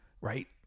right